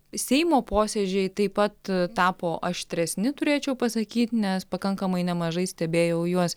seimo posėdžiai taip pat tapo aštresni turėčiau pasakyt nes pakankamai nemažai stebėjau juos